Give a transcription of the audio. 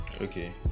okay